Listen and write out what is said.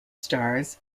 stars